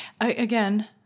Again